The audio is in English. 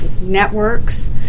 networks